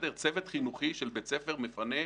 צוות חינוכי של בית ספר מפנה,